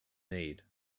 need